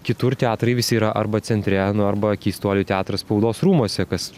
kitur teatrai visi yra arba centre arba keistuolių teatras spaudos rūmuose kas